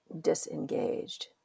disengaged